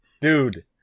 dude